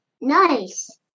Nice